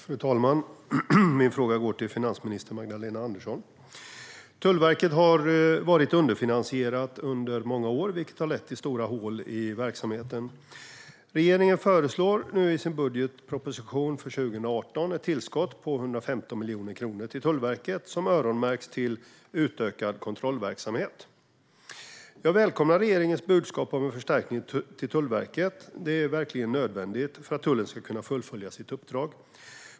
Fru talman! Min fråga går till finansminister Magdalena Andersson. Tullverket har varit underfinansierat under många år, vilket har lett till stora hål i verksamheten. Regeringen föreslår nu i sin budgetproposition för 2018 ett tillskott på 115 miljoner kronor till Tullverket, som öronmärks för utökad kontrollverksamhet. Jag välkomnar regeringens budskap om en förstärkning till Tullverket. Det är verkligen nödvändigt för att tullen ska kunna fullfölja sitt uppdrag.